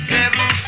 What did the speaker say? Seven